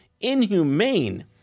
inhumane